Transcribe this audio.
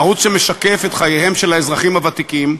ערוץ שמשקף את חייהם של האזרחים הוותיקים,